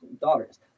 daughters